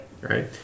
right